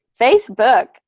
Facebook